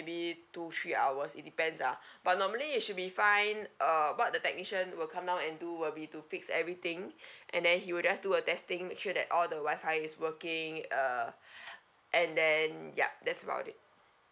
maybe two three hours it depends ah but normally it should be fine uh what the technician will come down and do will be to fix everything and then he will just do the testing make sure that all the wifi is working uh and then yup that's about it